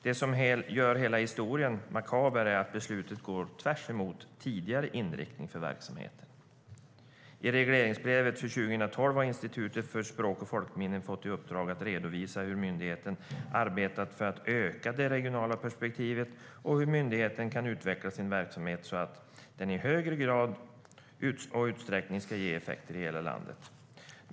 Det som gör hela historien makaber är att beslutet går tvärs emot tidigare inriktning för verksamheten. I regleringsbrevet för 2012 har Institutet för språk och folkminnen fått i uppdrag att redovisa hur myndigheten har arbetat för att öka det regionala perspektivet och hur myndigheten kan utveckla sin verksamhet så att den i högre grad och utsträckning ska ge effekter i hela landet.